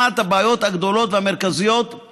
אחת הבעיות הגדולות והמרכזיות היא